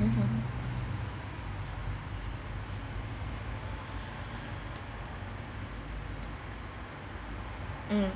mmhmm mm